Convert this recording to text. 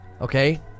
okay